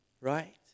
Right